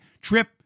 trip